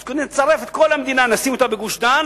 אז נצרף את כל המדינה ונשים אותה בגוש-דן